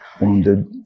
wounded